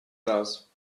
does